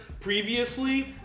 previously